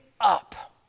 up